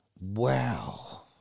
Wow